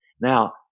Now